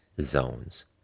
zones